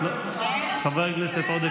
חבר הכנסת עודה,